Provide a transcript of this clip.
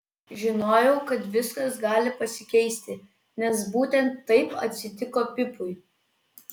žinojau kad viskas gali pasikeisti nes būtent taip atsitiko pipui